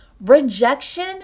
Rejection